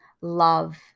love